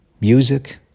music